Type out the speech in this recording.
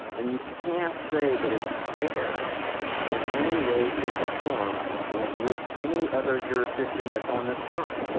and you can't say that it's fair in any way, shape or form with any other jurisdiction that's on this chart.